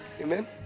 Amen